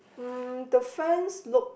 mm the fans look